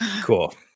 Cool